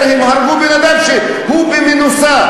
לפי החוק, כאשר הם הרגו בן-אדם שהיה במנוסה?